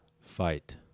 fight